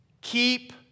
keep